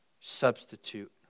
substitute